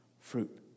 fruit